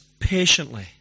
patiently